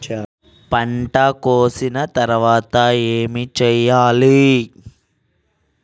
పంట కోసిన తర్వాత ఏం చెయ్యాలి?